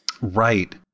Right